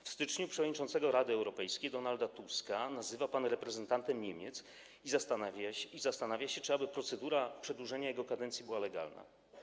W styczniu przewodniczącego Rady Europejskiej Donalda Tuska nazywa pan reprezentantem Niemiec i zastanawia się, czy aby procedura przedłużenia jego kadencji była legalna.